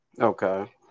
Okay